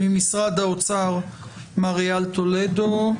ממשרד האוצר מר אייל טולדו,